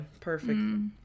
perfect